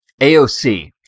AOC